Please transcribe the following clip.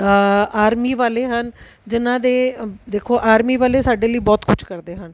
army ਵਾਲੇ ਹਨ ਜਿਨ੍ਹਾਂ ਦੇ ਦੇਖੋ ਆਰਮੀ ਵਾਲੇ ਸਾਡੇ ਲਈ ਬਹੁਤ ਕੁਛ ਕਰਦੇ ਹਨ